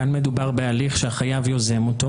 כאן מדובר בהליך שהחייב יוזם אותו,